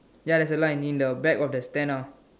ya there's a line in the back of the stair now